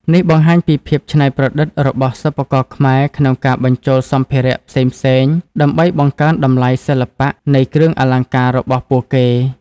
នេះបង្ហាញពីភាពច្នៃប្រឌិតរបស់សិប្បករខ្មែរក្នុងការបញ្ចូលសម្ភារៈផ្សេងៗដើម្បីបង្កើនតម្លៃសិល្បៈនៃគ្រឿងអលង្ការរបស់ពួកគេ។